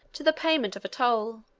to the payment of a toll.